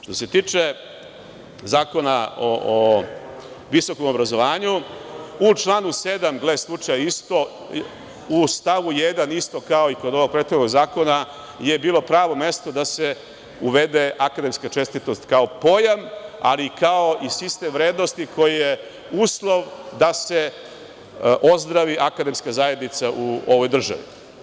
Što se tiče Zakona o visokom obrazovanju, u članu 7. gle slučaja, isto, u stavu 1. isto kao i kod ovog prethodnog zakona je bilo pravo mesto da se uvede akademska čestitost kao pojam, ali i kao sistem vrednosti koje je uslov da se ozdravi akademska zajednica u ovoj državi.